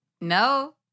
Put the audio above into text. No